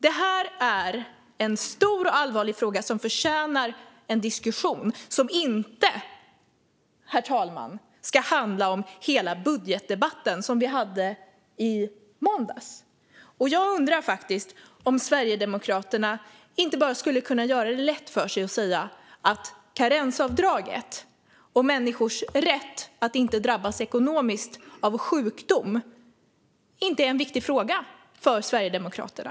Det här, herr talman, är en stor och allvarlig fråga som förtjänar en diskussion som inte ska handla om hela budgetdebatten som vi hade i måndags. Jag undrar faktiskt om Sverigedemokraterna inte bara skulle kunna göra det lätt för sig och säga att karensavdraget och människors rätt att inte drabbas ekonomiskt av sjukdom inte är en viktig fråga för Sverigedemokraterna.